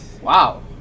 wow